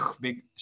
big